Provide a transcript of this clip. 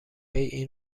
این